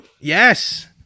yes